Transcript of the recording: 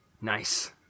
Nice